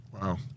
Wow